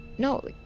No